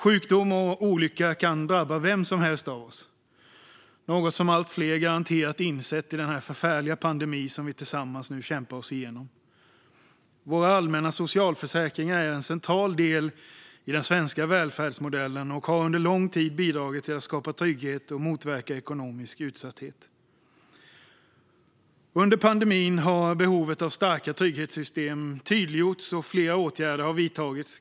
Sjukdom och olycka kan drabba vem som helst av oss, vilket är något som allt fler garanterat har insett i den förfärliga pandemi som vi nu tillsammans kämpar oss igenom. Våra allmänna socialförsäkringar är en central del i den svenska välfärdsmodellen och har under lång tid bidragit till att skapa trygghet och motverka ekonomisk utsatthet. Under pandemin har behovet av starka trygghetssystem tydliggjorts, och flera åtgärder har vidtagits.